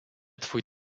twój